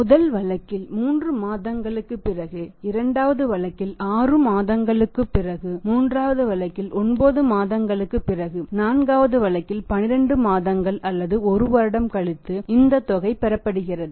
முதல் வழக்கில் 3 மாதங்களுக்குப் பிறகு இரண்டாவது வழக்கில் 6 மாதங்களுக்குப் பிறகு மூன்றாவது வழக்கில் 9 மாதங்களுக்குப் பிறகு நான்காவது வழக்கில் 12 மாதங்கள் அல்லது ஒரு வருடம் கழித்து இந்த தொகை பெறப்படுகிறது